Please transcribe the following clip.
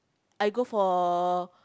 I go for